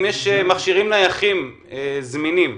אם יש מכשירים נייחים וזמינים,